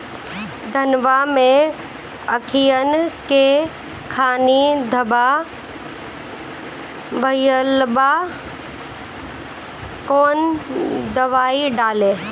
धनवा मै अखियन के खानि धबा भयीलबा कौन दवाई डाले?